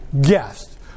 guest